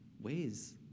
ways